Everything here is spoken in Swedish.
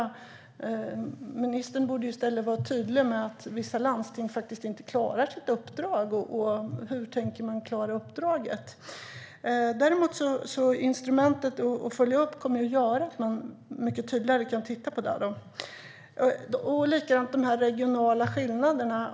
Regeringen borde i stället vara tydlig med att vissa landsting inte klarar sitt uppdrag. Hur tänker de klara uppdraget? Instrumentet att följa upp kommer att göra att man mycket tydligare kan titta på det. Det är likadant med de regionala skillnaderna.